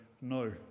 no